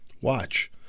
Watch